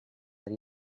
that